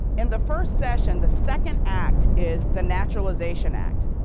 and the first session, the second act is the naturalization act,